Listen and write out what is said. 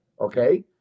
Okay